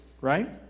right